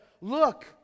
Look